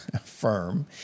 firm